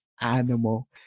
animal